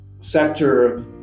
sector